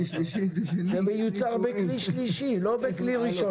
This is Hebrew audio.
זה מיוצר בכלי שלישי, לא בכלי ראשון.